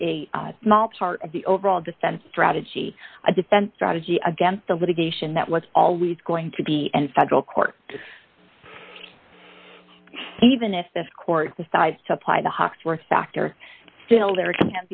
a small part of the overall defense strategy a defense strategy against the litigation that was always going to be and federal court he even if this court decides to apply the hawksworth factor still there can